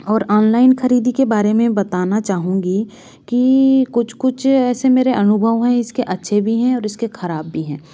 और ऑनलाइन ख़रीद के बारे में बताना चाहूँगी कि कुछ कुछ ऐसे मेरे अनुभव हैं इसके अच्छे भी हैं और इसके ख़राब भी हैं